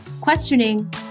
questioning